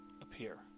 appear